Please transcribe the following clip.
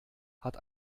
hat